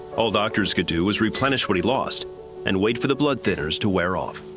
all doctors could do was replenish what he lost and wait for the blood thinners to wear off.